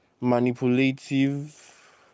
manipulative